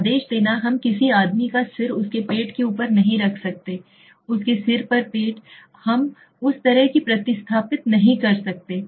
आदेश देना हम किसी आदमी का सिर उसके पेट के ऊपर नहीं रख सकते उसके सिर पर पेट हम उस तरह से प्रतिस्थापित नहीं कर सकते हैं